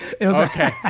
Okay